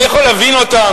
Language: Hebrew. אני יכול להבין אותן,